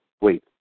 Wait